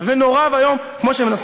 ואני מרשה